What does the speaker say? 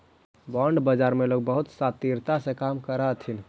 bond बाजार में लोग बहुत शातिरता से काम करऽ हथी